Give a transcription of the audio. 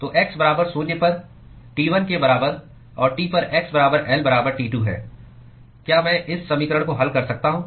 तो x बराबर शून्य पर T1 के बराबर और T पर x बराबर l बराबर T2 है क्या मैं इस समीकरण को हल कर सकता हूँ